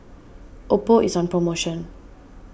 Oppo is on promotion